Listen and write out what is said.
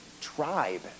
tribe